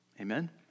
Amen